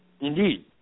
Indeed